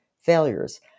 failures